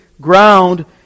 ground